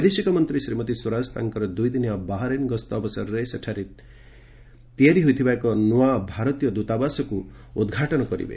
ବୈଦେଶିକ ମନ୍ତ୍ରୀ ଶ୍ରୀମତୀ ସ୍ୱରାଜ ତାଙ୍କର ଦୁଇଦିନିଆ ବାହାରିନ୍ ଗସ୍ତ ଅବସରରେ ସେଠାରେ ତିଆରି ହୋଇଥିବା ଏକ ନୂଆ ଭାରତୀୟ ଦୂତାବାସକୁ ସେ ଉଦ୍ଘାଟନ କରିବେ